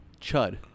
chud